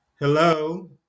Hello